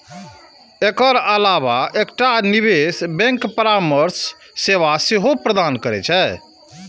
एकर अलावा एकटा निवेश बैंक परामर्श सेवा सेहो प्रदान करै छै